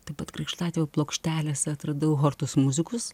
taip pat krikštatėvio plokštelėse atradau hortos muzikus